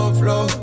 flow